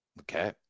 Okay